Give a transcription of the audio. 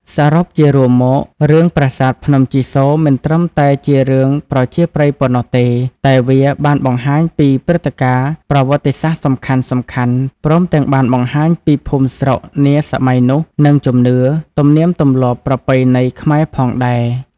សរុបជារួមមក រឿង ប្រាសាទភ្នំជីសូរមិនត្រឹមតែជារឿងប្រជាប្រិយប៉ុណ្ណោះទេ តែវាបានបង្ហាញពីព្រឹត្តិការណ៍ប្រវត្តិសាស្រ្ដសំខាន់ៗ ព្រមទាំងបានបង្ហាញពីភូមិស្រុកនាសម័យនោះ និងជំនឿ ទំនៀមទម្លាប់ប្រពៃណីខ្មែរផងដែរ។